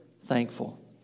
thankful